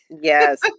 Yes